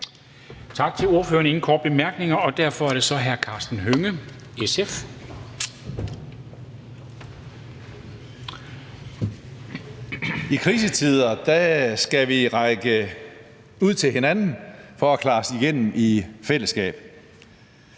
I krisetider skal vi række ud til hinanden for at klare os igennem i fællesskab.